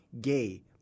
gay